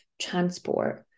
transport